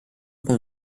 con